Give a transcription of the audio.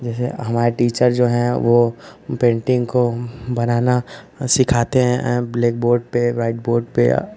जैसे हमारे टीचर जो हैं वह पेन्टिन्ग को बनाना सिखाते हैं ब्लैक बोर्ड पर व्हाइट बोर्ड पर या